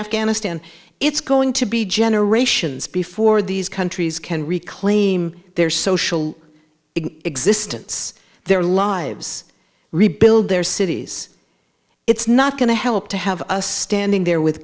afghanistan it's going to be generations before these countries can reclaim their social existence their lives rebuild their cities it's not going to help to have us standing there with